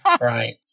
Right